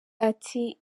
ati